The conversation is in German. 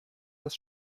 das